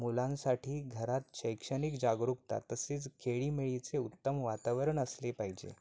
मूलांसाठी घरात शैक्षणिक जागरूकता तसेच खेळीमेळीचे उत्तम वातावरण असले पाहिजे